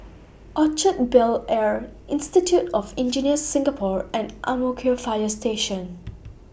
Orchard Bel Air Institute of Engineers Singapore and Ang Mo Kio Fire Station